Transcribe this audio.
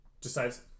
decides